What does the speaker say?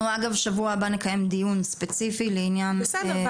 אנחנו בשבוע הבא נקיים דיון ספציפי לענין --- בסדר,